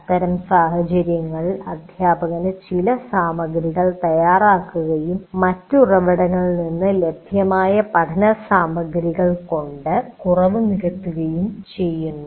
അത്തരം സാഹചര്യങ്ങളിൽ അധ്യാപകൻ ചില സാമഗ്രികൾ തയ്യാറാക്കുകയും മറ്റ് ഉറവിടങ്ങളിൽ നിന്ന് ലഭ്യമായ പഠനസാമഗ്രികൾ കൊണ്ട് കുറവ് നികത്തുകയും ചെയ്യുന്നു